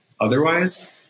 otherwise